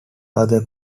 other